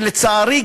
שלצערי,